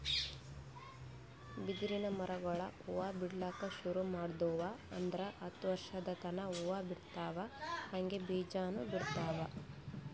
ಬಿದಿರಿನ್ ಮರಗೊಳ್ ಹೂವಾ ಬಿಡ್ಲಕ್ ಶುರು ಮಾಡುದ್ವು ಅಂದ್ರ ಹತ್ತ್ ವರ್ಶದ್ ತನಾ ಹೂವಾ ಬಿಡ್ತಾವ್ ಹಂಗೆ ಬೀಜಾನೂ ಬಿಡ್ತಾವ್